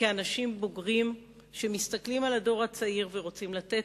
כאנשים בוגרים שמסתכלים על הדור הצעיר ורוצים לתת